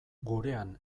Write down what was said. gurean